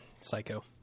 psycho